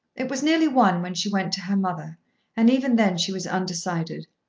it was nearly one when she went to her mother and even then she was undecided.